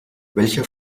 welcher